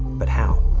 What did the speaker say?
but how?